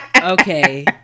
Okay